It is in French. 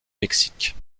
mexique